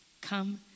come